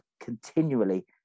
continually